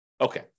Okay